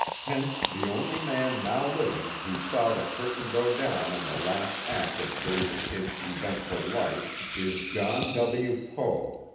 hence the only man now living who saw the curtain go down on the last act of billy the kid's eventful life, is john w. poe,